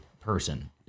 person